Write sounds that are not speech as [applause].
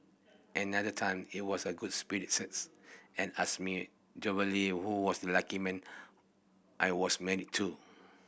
another time he was a good [unintelligible] and asked me Jovially who was the lucky man I was married to